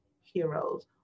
heroes